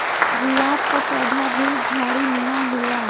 गुलाब क पौधा भी झाड़ीनुमा होला